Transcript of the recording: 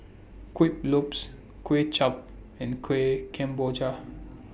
Kuih Lopes Kway Chap and Kueh Kemboja